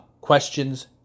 Questions